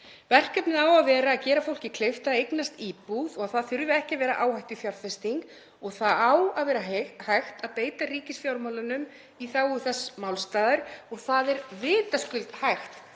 Verkefnið á að vera að gera fólki kleift að eignast íbúð og að það þurfi ekki að vera áhættufjárfesting. Það á að vera hægt að beita ríkisfjármálunum í þágu þess málstaðar. Það er vitaskuld hægt